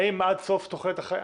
האם עד סוף תוחלת החיים?